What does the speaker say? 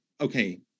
Okay